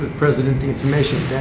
president information.